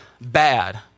bad